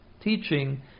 teaching